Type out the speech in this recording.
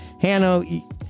Hanno